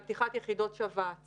אבל פתיחת יחידות שבץ